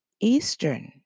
Eastern